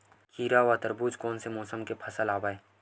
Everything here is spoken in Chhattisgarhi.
खीरा व तरबुज कोन से मौसम के फसल आवेय?